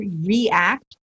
react